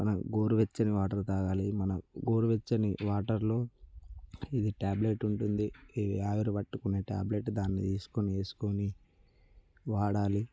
మన గోరువెచ్చని వాటర్ తాగాలి మన గోరువెచ్చని వాటర్లో ఇది ట్యాబ్లెట్ ఉంటుంది ఇది ఆవిరి పట్టుకునే దాన్ని తీసుకుని వేసుకుని వాడాలి